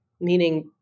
meaning